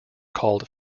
called